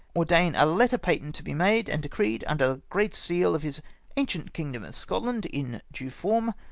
ordain a letter patent to be made and decreed under the great seal of his ancient kingdom of scotland, in due form,